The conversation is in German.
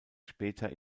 später